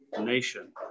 nation